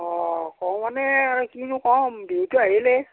অঁ কওঁ মানে কিনো কম বিহুটো আহিলেই